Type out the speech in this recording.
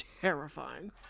terrifying